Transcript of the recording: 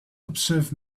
observe